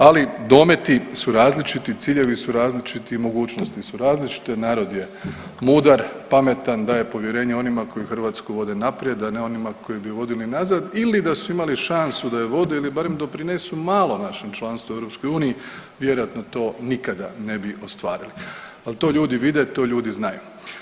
Ali dometi su različiti, ciljevi su različiti, mogućnosti su različite, narod je mudar, pametan, daje povjerenje onima koji Hrvatsku vode naprijed, a ne onima koji bi ju vodili nazad ili da su imali šansu da ju vode ili barem doprinesu malo našem članstvu u EU vjerojatno to nikada ne bi ostvarili, ali to ljudi vide, to ljudi znaju.